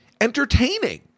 entertaining